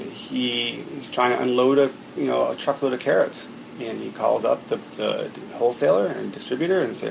he was trying to unload a you know truck load of carrots. he calls up the the wholesaler and distributor and said,